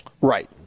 Right